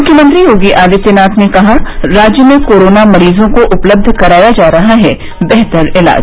मुख्यमंत्री योगी आदित्यनाथ ने कहा राज्य में कोरोना मरीजों को उपलब्ध कराया जा रहा है बेहतर इलाज